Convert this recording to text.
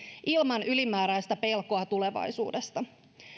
ilman ylimääräistä pelkoa tulevaisuudesta